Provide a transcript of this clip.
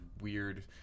weird